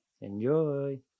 Enjoy